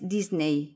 Disney